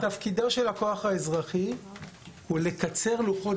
תפקידו של הכוח האזרחי הוא לקצר לוחות